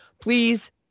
please